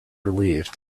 relieved